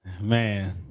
man